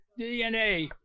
DNA